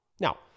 Now